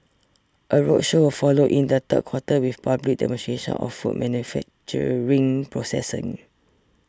a roadshow will follow in the third quarter with public demonstrations of food manufacturing processing